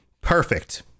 Perfect